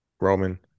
Roman